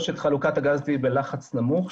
משק חלוקת הגז הטבעי בלחץ נמוך,